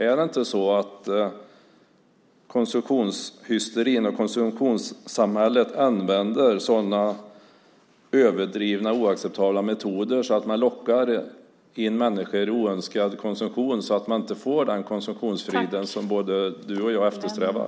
Är det inte så att man i konsumtionshysterin och konsumtionssamhället använder överdrivna och oacceptabla metoder, att man lockar in människor i oönskad konsumtion så att de inte får den konsumtionsfrid som både du och jag eftersträvar?